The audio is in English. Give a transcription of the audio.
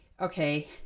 okay